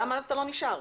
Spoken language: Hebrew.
למה אתה לא נשאר?